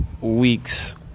weeks